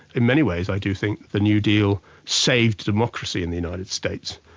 in many ways i do think the new deal saved democracy in the united states,